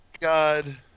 God